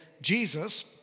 Jesus